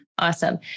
Awesome